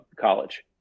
college